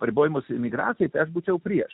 apribojimus imigracijai tai aš būčiau prieš